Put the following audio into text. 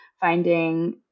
finding